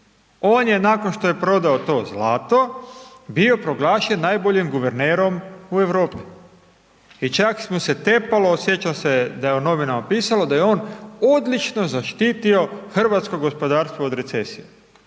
On je nakon što je prodao to zlato bio proglašen najboljim guvernerom u Europi. I čak mu se tepalo, sjećam se da je u novinama pisalo da je on odlično zaštitio hrvatsko gospodarstvo od recesije.